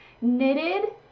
knitted